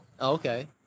Okay